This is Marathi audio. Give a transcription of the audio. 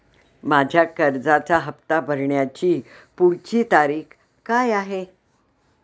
माझ्या कर्जाचा हफ्ता भरण्याची पुढची तारीख काय आहे?